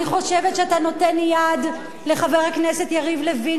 אני חושבת שאתה נותן יד לחבר הכנסת יריב לוין